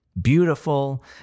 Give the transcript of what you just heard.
beautiful